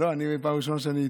פעם שנייה,